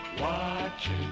watching